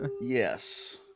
Yes